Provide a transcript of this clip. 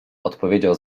odpowiedział